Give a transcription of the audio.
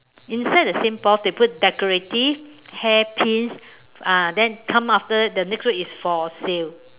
inside the same both they put decorative hair Pins ah then come after the next word is for sale